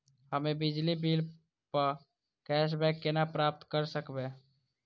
हम्मे बिजली बिल प कैशबैक केना प्राप्त करऽ सकबै?